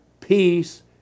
peace